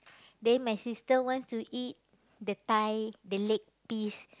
then my sister wants to eat the thigh the leg piece